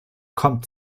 kommt